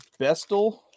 Bestel